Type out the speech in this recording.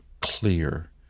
clear